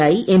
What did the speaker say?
യായി എം